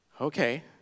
okay